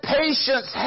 patience